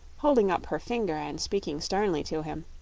holding up her finger and speaking sternly to him,